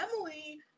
Emily